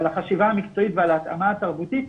ועל החשיבה המקצועית ועל ההתאמה התרבותית,